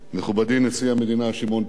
נשיא המדינה שמעון פרס,